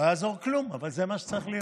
לא יעזור כלום, אבל זה מה שצריך להיות.